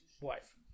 wife